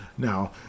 Now